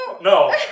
No